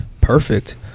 Perfect